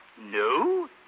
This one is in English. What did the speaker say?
No